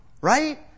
Right